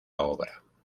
obra